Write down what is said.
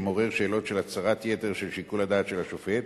שמעורר שאלות של הצרת יתר של שיקול הדעת של השופט,